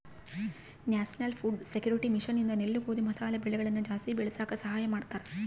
national food security mission ಇಂದ ನೆಲ್ಲು ಗೋಧಿ ಮಸಾಲೆ ಬೆಳೆಗಳನ ಜಾಸ್ತಿ ಬೆಳಸಾಕ ಸಹಾಯ ಮಾಡ್ತಾರ